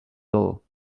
todo